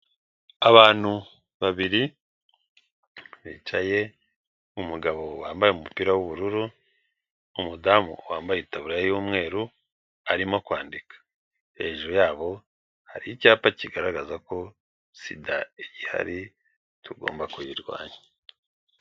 Abantu babiri bicaye umugabo wambaye umupira w'ubururu, umudamu wambaye ikataburiya y'umweru arimo kwandika, hejuru yabo hari icyapa kigaragaza ko sida igihari tugomba kuyirwanya.